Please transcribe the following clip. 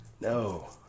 no